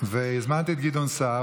והזמנתי את גדעון סער,